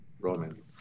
Roman